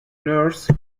nurse